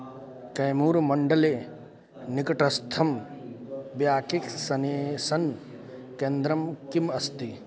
कैमूरुमण्डले निकटस्थं ब्याकिक्सनेसन् केन्द्रं किम् अस्ति